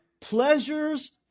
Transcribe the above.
pleasures